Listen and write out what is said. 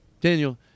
Daniel